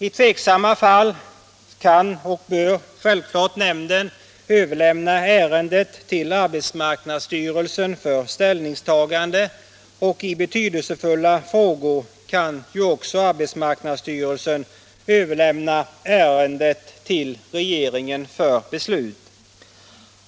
I tveksamma fall kan och bör = der, m.m. nämnden självfallet överlämna ärendet till arbetsmarknadsstyrelsen för ställningstagande, och i betydelsefulla frågor kan arbetsmarknadsstyrelsen överlämna ärendet till regeringen för beslut.